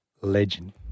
legend